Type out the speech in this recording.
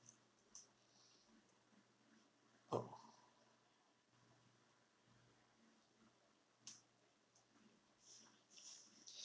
oh